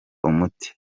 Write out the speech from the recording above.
umuti